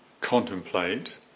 contemplate